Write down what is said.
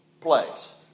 place